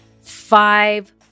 five